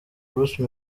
bruce